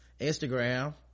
instagram